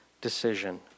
decision